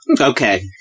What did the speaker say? Okay